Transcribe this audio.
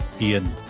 Ian